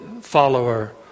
follower